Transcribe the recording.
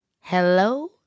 Hello